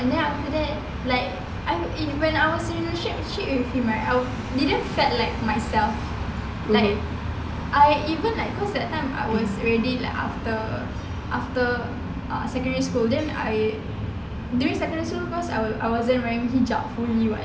and then after that like I'm in~ when I was relationship with him right I didn't felt like myself like I even like cause that time I was ready like after after uh secondary school then I during secondary school cause I wasn't wearing hijab fully [what]